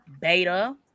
beta